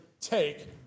take